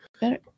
better